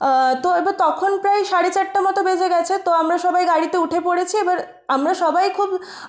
তো এবার তখন প্রায় সাড়ে চারটে মতো বেজে গেছে তো আমরা সবাই গাড়িতে উঠে পড়েছি এবার আমরা সবাই খুব